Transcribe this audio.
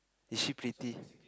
is she pretty